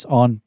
on